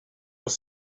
was